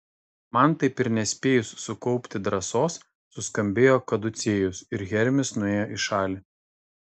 man taip ir nespėjus sukaupti drąsos suskambėjo kaducėjus ir hermis nuėjo į šalį